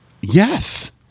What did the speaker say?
Yes